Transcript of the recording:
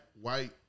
white